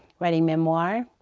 writing memoir.